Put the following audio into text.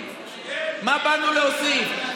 מה באנו להוסיף?